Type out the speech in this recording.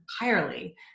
entirely